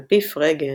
על פי פרגה,